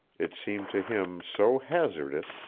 it seemed to him so hazardous,